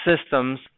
systems